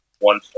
one